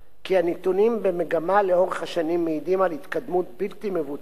כי הנתונים במגמה לאורך השנים מעידים על התקדמות בלתי מבוטלת.